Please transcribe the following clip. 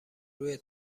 روی